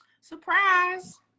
Surprise